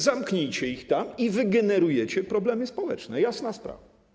Zamknijcie ich tam i wygenerujecie problemy społeczne, jasna sprawa.